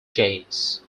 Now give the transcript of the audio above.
jays